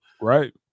Right